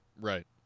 Right